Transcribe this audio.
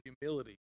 humility